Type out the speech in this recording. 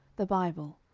the bible,